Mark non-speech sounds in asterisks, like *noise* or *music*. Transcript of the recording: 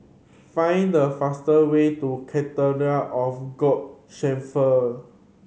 find the fastest way to Cathedral of *unintelligible* Shepherd